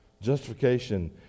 justification